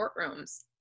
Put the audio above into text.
courtrooms